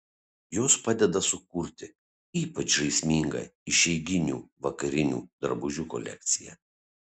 jos padeda sukurti ypač žaismingą išeiginių vakarinių drabužių kolekciją